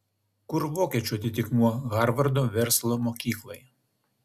kur vokiečių atitikmuo harvardo verslo mokyklai